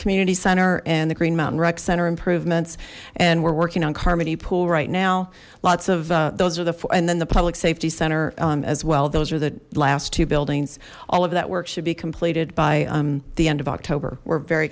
community center and the green mountain rec center improvements and we're working on carmody pool right now lots of those are the four and then the public safety center as well those are the last two buildings all of that work should be completed by the end of october we're very